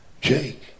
Jake